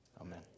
Amen